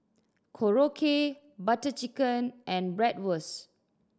Korokke Butter Chicken and Bratwurst